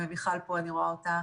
מיכל פה, אני רואה אותה.